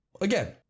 Again